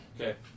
Okay